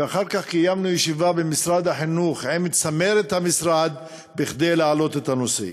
ואחר כך קיימנו ישיבה במשרד החינוך עם צמרת המשרד כדי להעלות את הנושא.